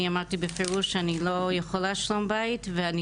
אני אמרתי בפירוש שאני לא יכולה שלום בית ואני